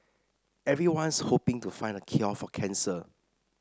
everyone's hoping to find the cure for cancer